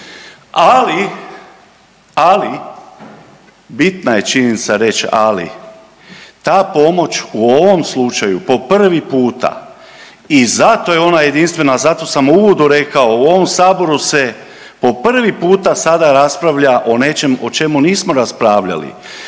ali bitna je činjenica reći ali, ta pomoć u ovom slučaju po prvi puta i zato je ona jedinstvena, zato sam u uvodu rekao u ovom saboru se po prvi puta sada raspravlja o nečem o čemu nismo raspravljali.